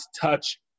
touch